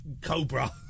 cobra